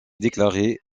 déclaré